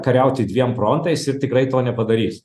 kariauti dviem frontais ir tikrai to nepadarys